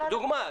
לדוגמה,